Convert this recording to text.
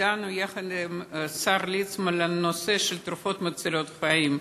דנו יחד עם השר ליצמן על הנושא של תרופות מצילות חיים.